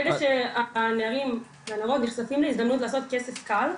ברגע שהנערים והנערות נחשפים להזדמנות לעשות כסף קל,